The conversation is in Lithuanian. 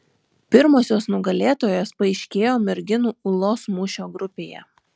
pirmosios nugalėtojos paaiškėjo merginų ūlos mūšio grupėje